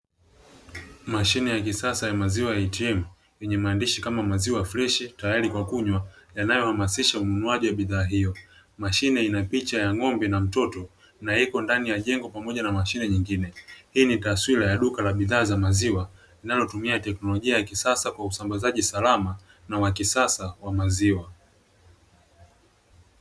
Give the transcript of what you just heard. Mashine ya kisasa ya maziwa ATM yenye maandishi "maziwa fresh" tayari kwa kunywa, yanayohamasisha ununuaji wa bidhaa hiyo mashine ina picha ya ng'ombe na mtoto na iko ndani ya jengo pamoja na bidhaa nyingine. Hii inaashiria kuwa ni duka linalotumia teknolojia ya kisasa kwa ajili ya usambazaji wa kisasa wa maziwa.